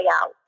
out